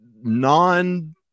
non